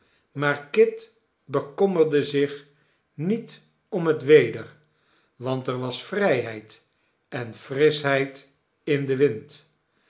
maar kit bekommerde zich niet om het weder want er was vrijheid en frischheid in den wind